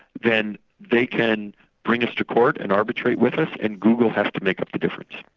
then they can bring us to court and arbitrate with us, and google has to make up the difference.